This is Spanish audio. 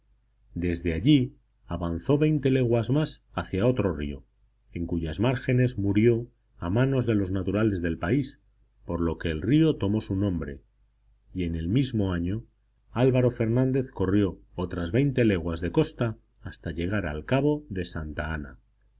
desde allí avanzó veinte leguas más hacia otro río en cuyas márgenes murió a manos de los naturales del país por lo que el río tomó su nombre y en el mismo año álvaro fernández corrió otras veinte leguas de costa hasta llegar al cabo de santa ana